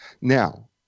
Now